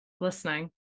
listening